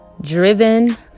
driven